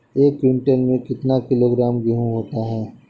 एक क्विंटल में कितना किलोग्राम गेहूँ होता है?